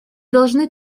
должны